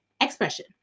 expression